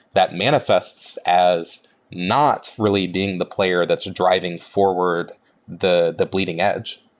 that manifests as not really being the player that's driving forward the the bleeding edge.